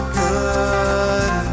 good